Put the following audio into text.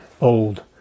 old